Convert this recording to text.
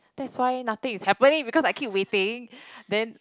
that's why nothing is happening because I keep waiting then